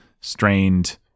strained